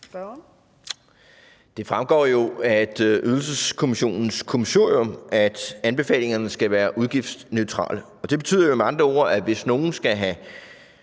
Det fremgår jo af Ydelseskommissionens kommissorium, at anbefalingerne skal være udgiftsneutrale. Og det betyder jo med andre ord, at hvis nogle skal have